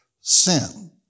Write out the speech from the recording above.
sin